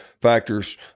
factors